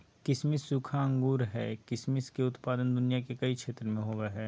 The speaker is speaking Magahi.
किसमिस सूखा अंगूर हइ किसमिस के उत्पादन दुनिया के कई क्षेत्र में होबैय हइ